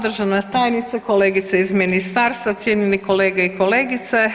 Državna tajnice, kolegice iz ministarstva, cijenjene kolegice i kolege.